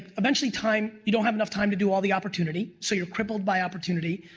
eventually time, you don't have enough time to do all the opportunity. so you're crippled by opportunity.